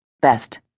Best